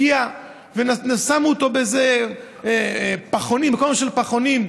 הגיע ושמו אותו באיזה מקום של פחונים,